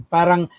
Parang